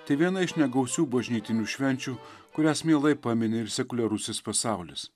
tai viena iš negausių bažnytinių švenčių kurias mielai pamini ir sekuliarusis pasaulis